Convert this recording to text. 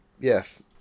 Yes